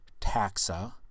taxa